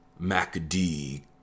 MACD